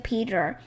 Peter